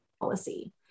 policy